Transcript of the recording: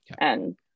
and-